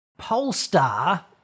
Polestar